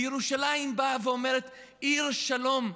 וירושלים באה ואומרת: עיר שלום.